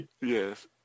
Yes